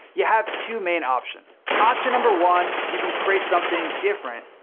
you have two main options. option number one, you can create something different.